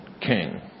king